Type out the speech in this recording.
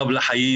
קו לחיים,